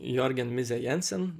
jorgen mize jensen